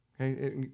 Okay